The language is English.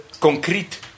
concrete